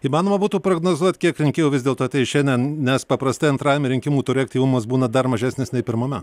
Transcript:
įmanoma būtų prognozuot kiek rinkėjų vis dėlto tai šiandien nes paprastai antrajame rinkimų ture aktyvumas būna dar mažesnis nei pirmame